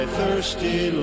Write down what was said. thirsty